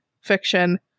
fiction